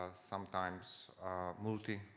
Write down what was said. ah sometimes multimodal.